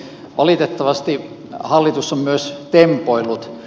valitettavasti hallitus on myös tempoillut